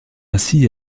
ainsi